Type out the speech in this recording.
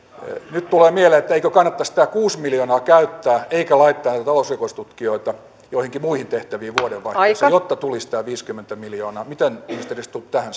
nyt tulee mieleen että eikö kannattaisi tämä kuusi miljoonaa käyttää eikä laittaa näitä talousrikostutkijoita joihinkin muihin tehtäviin vuodenvaihteessa jotta tulisi tämä viisikymmentä miljoonaa mitä ministeri stubb tähän